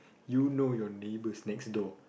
you know your neighbors next door